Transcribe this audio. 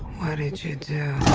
what did you do?